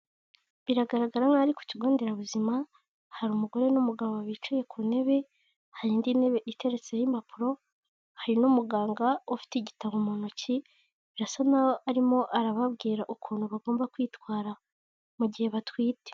Biragaragara nk'aho ari ku kigo nderabuzima, hari umugore n'umugabo bicaye ku ntebe, hari indi ntebe iteretseho impapuro, hari n'umuganga ufite igitabo mu ntoki, birasa naho arimo arababwira ukuntu bagomba kwitwara mu gihe batwite.